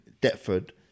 Deptford